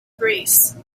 greece